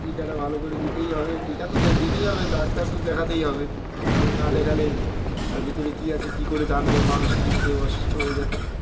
টিকা টিকাটা ভালো করে দিতেই হবে টিকা তো দিতেই হবে ডাক্তার তো দেখাতেই হবে কারণ না দেখালে তার ভিতরে কী আছে কী করে জানব মানুষ যদি খেয়ে অসুস্থ হয়ে যায়